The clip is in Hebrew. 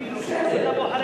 הוא רשום בטאבו אחרי